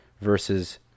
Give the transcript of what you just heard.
versus